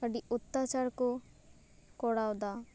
ᱟᱹᱰᱤ ᱚᱛᱛᱪᱟᱨ ᱠᱚ ᱠᱚᱨᱟᱣ ᱮᱫᱟ